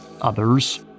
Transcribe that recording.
others